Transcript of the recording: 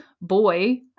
boy